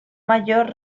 mayor